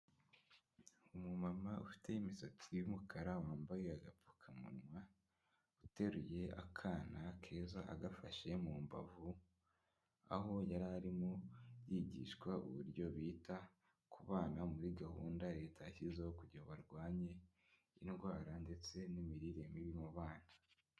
Umumama ufite imisatsi y'umukara, wambaye agapfukamunwa, uteruye akana keza agafashe mu mbavu, aho yari arimo yigishwa uburyo bita ku bana muri gahunda Leta yashyizeho kugira ngo barwanye indwara ndetse n'imirire mibi mu bana.